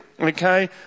okay